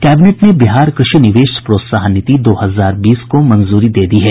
cabinet ने बिहार कृषि निवेश प्रोत्साहन नीति दो हजार बीस को मंजूरी दे दी है